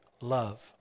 love